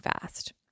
fast